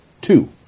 Two